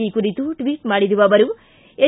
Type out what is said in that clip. ಈ ಕುರಿತು ಟ್ವಿಚ್ ಮಾಡಿರುವ ಅವರು ಎಸ್